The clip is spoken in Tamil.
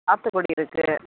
சாத்துக்குடி இருக்கு